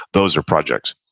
those are projects,